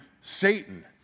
Satan